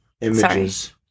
images